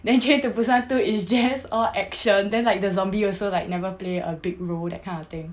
then train to busan two is just all action then like the zombie also like never play a big role that kind of thing